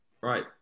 Right